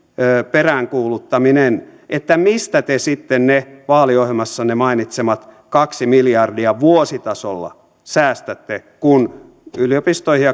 peräänkuuluttaminen että mistä te sitten ne vaaliohjelmassanne mainitsemat kaksi miljardia vuositasolla säästätte kun yliopistoihin